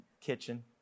kitchen